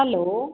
hello